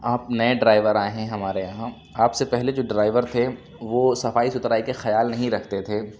آپ نئے ڈرائیور آئے ہیں ہمارے یہاں آپ سے پہلے جو ڈرائیور تھے وہ صفائی سُتھرائی کے خیال نہیں رکھتے تھے